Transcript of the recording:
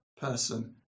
person